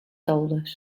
teules